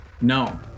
No